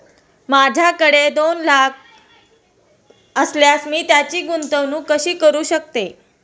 माझ्याकडे रोख दोन लाख असल्यास मी त्याची गुंतवणूक कशी करू शकतो?